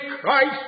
Christ